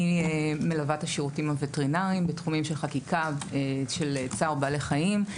אני מלווה את השירותים הווטרינריים בתחומים של חקיקה של צער בעלי חיים.